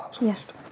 Yes